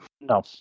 No